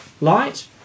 light